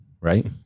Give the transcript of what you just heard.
right